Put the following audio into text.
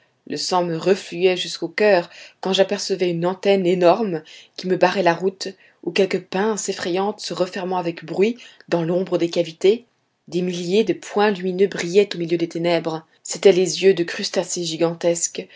le sang me refluait jusqu'au coeur quand j'apercevais une antenne énorme qui me barrait la route ou quelque pince effrayante se refermant avec bruit dans l'ombre des cavités des milliers de points lumineux brillaient au milieu des ténèbres c'étaient les yeux de crustacés gigantesques